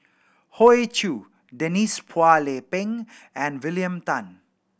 Hoey Choo Denise Phua Lay Peng and William Tan